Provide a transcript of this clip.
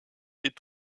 est